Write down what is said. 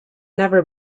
never